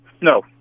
no